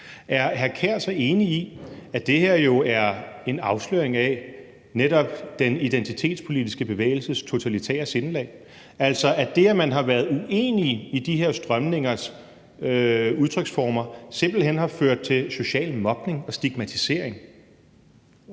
Sand Kjær så enig i, at det her jo er en afsløring af netop den identitetspolitiske bevægelses totalitære sindelag, altså at det, at man har været uenig i de her strømningers udtryksformer, simpelt hen har ført til social mobning og stigmatisering?